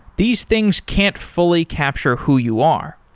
these things can't fully capture who you are.